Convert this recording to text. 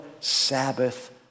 Sabbath